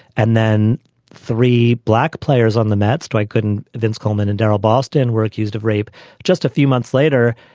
and then three black players on the mets, dwight gooden, vince coleman and darryl ballston were accused of rape just a few months later.